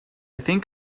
think